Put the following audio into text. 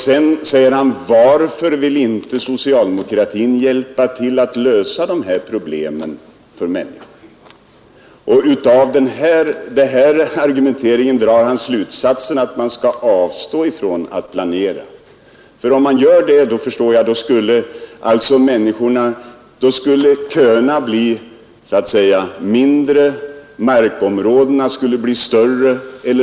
Så frågar han, varför socialdemokratin inte vill hjälpa till att lösa de här problemen för människorna. Av den argumenteringen drar han slutsatsen att man skall avstå från att planera. Jag förstår att han menar, att om man gör det, blir köerna kortare, och markområdena större.